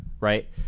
Right